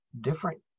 different